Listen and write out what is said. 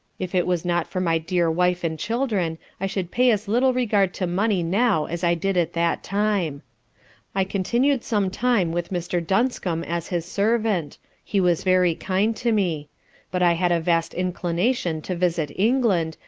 if it was not for my dear wife and children i should pay as little regard to money now as i did at that time i continu'd some time with mr. dunscum as his servant he was very kind to me but i had a vast inclination to visit england,